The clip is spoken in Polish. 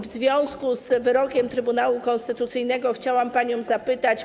W związku z wyrokiem Trybunału Konstytucyjnego chciałam zadać pani pytanie.